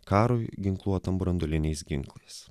karui ginkluotam branduoliniais ginklais